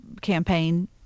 campaign